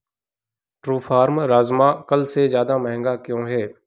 true farm rajma कल से ज़्यादा महँगा क्यों है